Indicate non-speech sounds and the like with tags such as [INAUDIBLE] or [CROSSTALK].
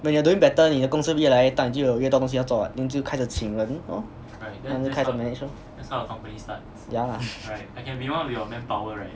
when you're doing better 你的公司越来越大你就会有更多东西要做 what then 就开始请人 lor then 就开始 manage lor yeah lah [LAUGHS]